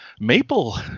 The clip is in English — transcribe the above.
maple